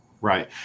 right